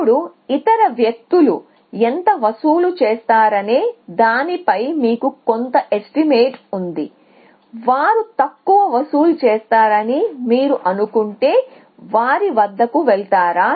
ఇప్పుడు ఇతర వ్యక్తులు ఎంత వసూలు చేస్తారనే దానిపై మీకు కొంత ఎస్టిమేట్ ఉంది వారు తక్కువ వసూలు చేస్తారని మీరు అనుకుంటే వారి వద్దకు వెళతారా